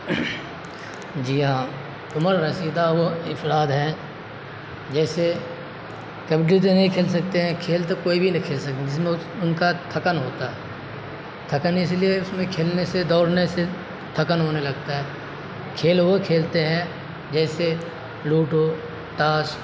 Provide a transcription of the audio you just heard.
جی ہاں عمر رسیدہ وہ افراد ہیں جیسے کبڈی تو نہیں کھیل سکتے ہیں کھیل تو کوئی بھی نہیں کھیل سکتے جس میں ان کا تھکن ہوتا ہے تھکن اس لیے اس میں کھیلنے سے دوڑنے سے تھکن ہونے لگتا ہے کھیل وہ کھیلتے ہیں جیسے لوڈو تاش